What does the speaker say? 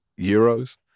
euros